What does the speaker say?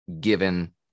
given